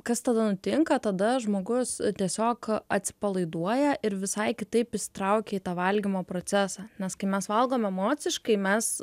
kas tada nutinka tada žmogus tiesiog atsipalaiduoja ir visai kitaip įsitraukia į tą valgymo procesą nes kai mes valgom emociškai mes